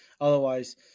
Otherwise